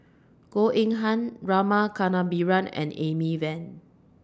Goh Eng Han Rama Kannabiran and Amy Van